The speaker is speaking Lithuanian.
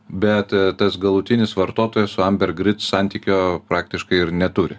bet tas galutinis vartotojas su ambergrit santykio praktiškai ir neturi